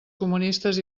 comunistes